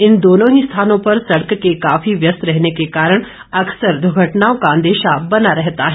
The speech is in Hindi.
इन दोनों ही स्थानों पर सड़क के काफी व्यस्त रहने के कारण अक्सर दुर्घटनाओं का अंदेशा बना रहता है